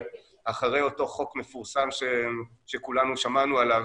אחרי אותו חוק מפורסם שכולנו שמענו עליו,